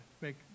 make